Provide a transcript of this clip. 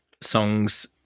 songs